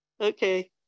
Okay